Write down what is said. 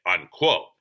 unquote